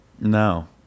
no